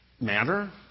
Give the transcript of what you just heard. matter